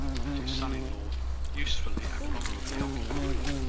and his son-in-law usefully and honourably occupied.